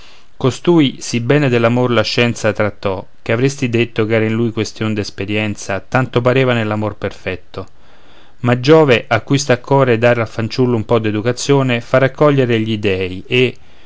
costui sì bene dell'amor la scienza trattò che avresti detto ch'era in lui questïon d'esperienza tanto pareva nell'amor perfetto ma giove a cui sta a core dare al fanciullo un po d'educazione fa raccoglier gli dèi e